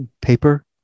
Paper